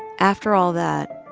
after all that,